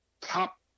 top